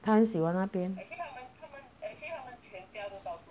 他很喜欢那边